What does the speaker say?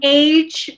age